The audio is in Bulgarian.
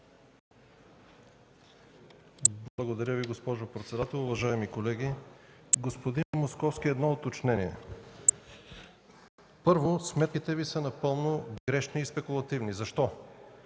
Благодаря Ви, госпожо председател. Уважаеми колеги! Господин Московски, едно уточнение. Първо, сметките Ви са напълно грешни и спекулативни. Защо?